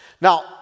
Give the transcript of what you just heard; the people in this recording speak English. Now